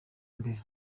mbere